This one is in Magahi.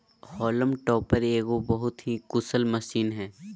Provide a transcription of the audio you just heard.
हॉल्म टॉपर एगो बहुत ही कुशल मशीन हइ